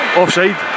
offside